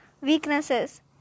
Weaknesses